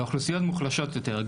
ואוכלוסיות מוחלשות יותר.